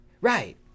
Right